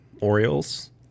Orioles